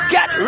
Get